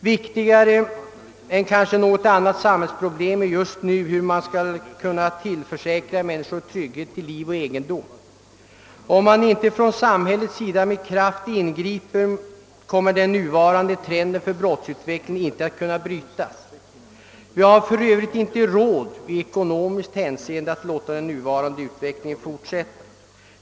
Viktigare än kanske något annat samhällsproblem är just nu att tillförsäkra människorna trygghet till liv och egendom. Om man inte från samhällets sida med kraft ingriper kommer den nuvarande trenden för brottsutvecklingen inte att kunna brytas. Vi har för övrigt inte råd rent ekonomiskt att låta den nuvarande utvecklingen fortsätta.